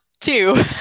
two